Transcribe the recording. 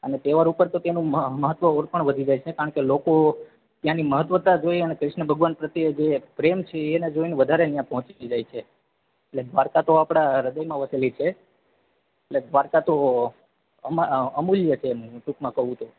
અને તહેવારો ઉપર તો તેનું મ મહત્ત્વ ઓર પણ વધી જાય છે કારણ કે લોકો ત્યાંની મહત્વતા જોઈ અને કૃષ્ણ ભગવાન પ્રત્યે જે એક પ્રેમ છે એને જોઈ ને વધારે ત્યાં પહોંચી જાય છે એટલે દ્વારકા તો આપણાં હૃદયમાં વસેલી છે એટલે દ્વારકા તો અમા અમૂલ્ય છે ટૂંકમાં કહું તો